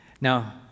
Now